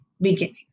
beginning